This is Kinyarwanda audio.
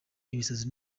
ibisazi